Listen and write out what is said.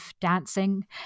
dancing